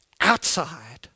outside